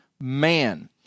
man